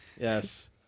yes